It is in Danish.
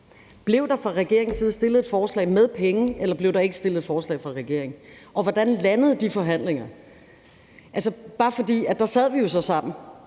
Blev der fra regeringens side stillet et forslag med penge, eller blev der ikke stillet et forslag fra regeringen? Og hvordan landede de forhandlinger? Det er bare, fordi der sad vi jo sammen.